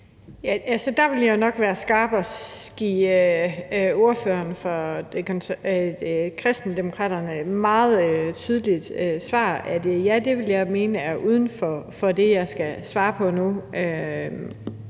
Der ville jeg jo nok være skarp og give ordføreren for Kristendemokraterne det meget tydelige svar, at ja, det vil jeg mene er uden for det, jeg skal svare på nu.